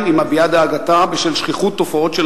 היא מביעה דאגתה בשל שכיחות תופעות של